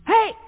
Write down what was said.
Hey